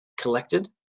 collected